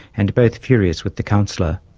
and both furious with the counsellor.